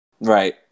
Right